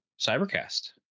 Cybercast